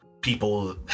people